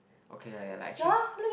okay lah ya lah actually